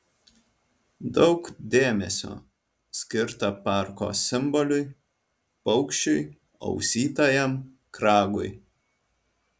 daug dėmesio skirta parko simboliui paukščiui ausytajam kragui